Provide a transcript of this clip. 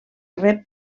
rep